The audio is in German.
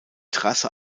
trasse